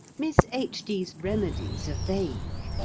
miss h. d s remedies are vague.